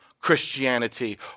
Christianity